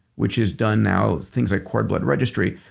which is done now. things like chord blood registry.